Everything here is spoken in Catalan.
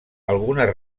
algunes